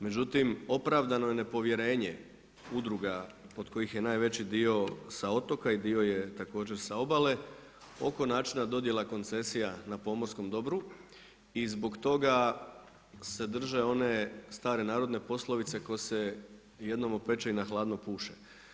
Međutim, opravdano je nepovjerenje udruga od kojih je najveći dio sa otoka i dio je također sa obale oko načina dodjela koncesija na pomorskom dobru i zbog toga se drže one stare narodne poslovice tko se jednom opeče i na hladno puše.